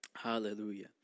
Hallelujah